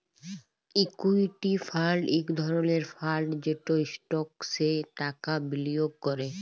equity fund ইক ধরলের fund যেট ইস্টকসে টাকা বিলিয়গ ক্যরে